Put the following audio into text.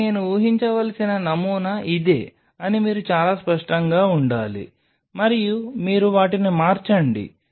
కానీ నేను ఊహించవలసిన నమూనా ఇదే అని మీరు చాలా స్పష్టంగా ఉండాలి మరియు మీరు వాటిని మార్చండి